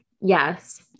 yes